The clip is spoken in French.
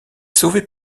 sauvé